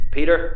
Peter